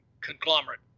conglomerate